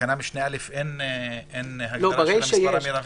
בתקנת משנה (א) אין המספר המרבי.